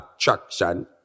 attraction